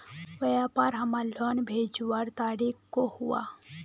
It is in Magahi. व्यापार हमार लोन भेजुआ तारीख को हुआ?